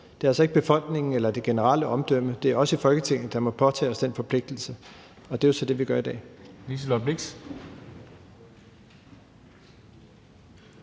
Det er altså ikke befolkningen eller det generelle omdømme. Det er os i Folketinget, der må påtage os den forpligtelse. Og det er jo så det, vi gør i dag.